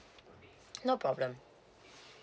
no problem